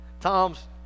Tom's